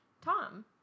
Tom